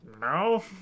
No